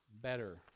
better